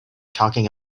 talking